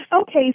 Okay